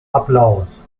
applaus